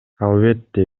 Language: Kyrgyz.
албетте